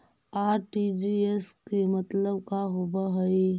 RTGS के मतलब का होव हई?